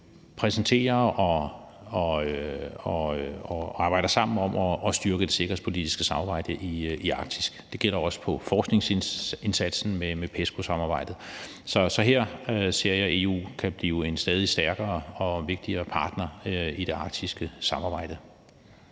præsenterer og arbejder sammen om at styrke det sikkerhedspolitiske samarbejde i Arktis. Det gælder også i forskningsindsatsen med PESCO-samarbejdet. Så her ser jeg, at EU kan blive en stadig stærkere og vigtigere partner i det arktiske samarbejde.